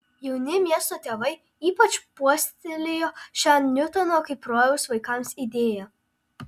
jauni miesto tėvai ypač puoselėjo šią niutono kaip rojaus vaikams idėją